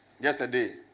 yesterday